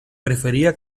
prefería